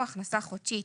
"הכנסה חודשית",